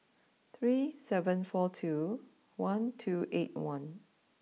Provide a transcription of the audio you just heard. three seven four two one two eight one